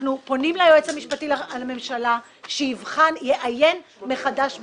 אנחנו פונים ליועץ המשפטי לממשלה שיעיין מחדש בהחלטתו,